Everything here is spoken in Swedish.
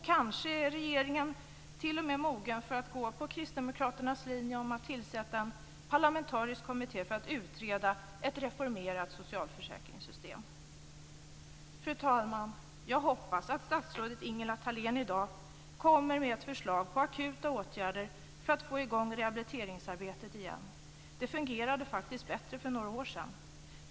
Kanske är regeringen t.o.m. mogen för att gå på kristdemokraternas linje att tillsätta en parlamentarisk kommitté för att utreda ett reformerat socialförsäkringssystem. Fru talman! Jag hoppas att statsrådet Ingela Thalén i dag kommer med ett förslag på akuta åtgärder för att få i gång rehabiliteringsarbetet igen. Det fungerade faktiskt bättre för några år sedan.